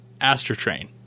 astrotrain